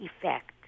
effect